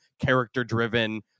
character-driven